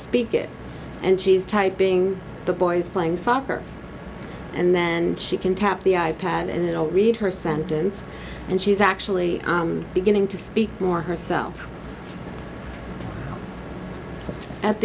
speak it and she's typing the boys playing soccer and then she can tap the i pad and read her sentence and she's actually beginning to speak more herself at